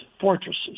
fortresses